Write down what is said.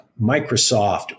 Microsoft